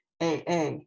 AA